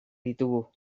ditugu